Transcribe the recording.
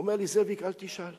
הוא אומר לי: זאביק, אל תשאל.